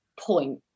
point